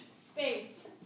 space